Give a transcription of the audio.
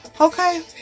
okay